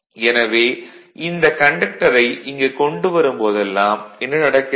எனவே இந்த கண்டக்டரை இங்கு கொண்டு வரும்போதெல்லாம் என்ன நடக்கிறது